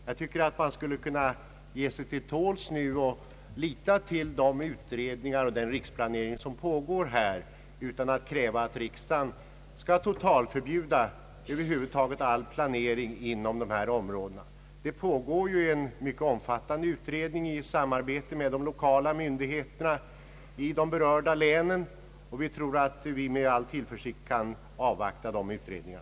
Jag tycker att man bör ge sig till tåls nu och lita till de utredningar och den riksplanering som pågår och inte kräva att riksdagen skall förbjuda all planering över huvud taget inom dessa områden. Det pågår ett mycket omfattande utredningsarbete, i vilket även de lokala myndigheterna i de berörda länen deltar, och utskottet har ansett att vi med all tillförsikt kan avvakta dessa utredningar.